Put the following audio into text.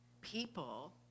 people